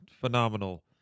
phenomenal